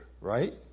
Right